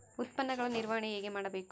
ಉತ್ಪನ್ನಗಳ ನಿರ್ವಹಣೆ ಹೇಗೆ ಮಾಡಬೇಕು?